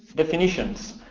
definitions.